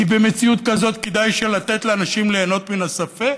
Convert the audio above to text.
כי במציאות כזאת כדאי לתת לאנשים ליהנות מן הספק.